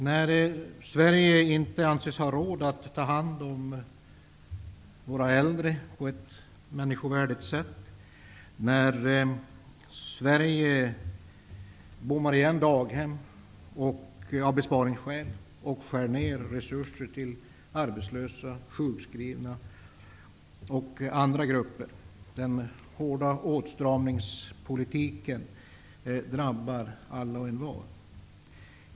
När Sverige inte anses ha råd att ta hand om de äldre på ett människovärdigt sätt, när Sverige av besparingsskäl bommar igen daghem och skär ner på resurserna till arbetslösa, sjukskrivna och andra grupper, drabbar den hårda åtstramningspolitiken alla och envar.